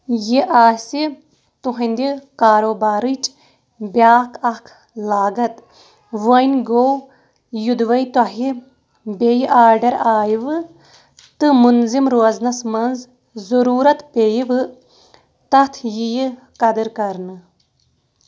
یہِ آسہِ تُہٕنٛدِ کاروبارٕچ بیٛاکھ اَکھ لاگَت وۄنۍ گوٚو یوٚدوَے تۄہہِ بیٚیہِ آڈَر آیوٕ تہٕ مُنظِم روزنَس منٛز ضٔروٗرت پیٚیہِ وٕ تَتھ ییٖیہِ قدر کَرنہٕ